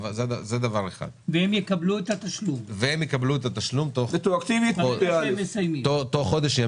והם יקבלו את התשלום רטרואקטיבית תוך חודש,